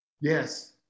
Yes